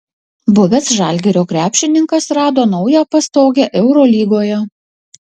buvęs žalgirio krepšininkas rado naują pastogę eurolygoje